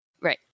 Right